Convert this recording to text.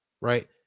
right